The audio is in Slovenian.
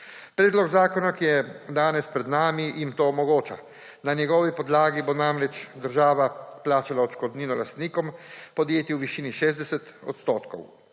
Predlog zakona, ki je danes pred nami, jim to omogoča. Na njegovi podlagi bo namreč država plačala odškodnino lastnikom podjetij v višini 60 %